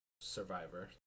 survivor